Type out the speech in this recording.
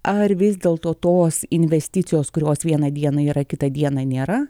ar vis dėl to tos investicijos kurios vieną dieną yra kitą dieną nėra